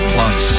Plus